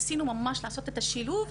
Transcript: ניסינו ממש לעשות את השילוב,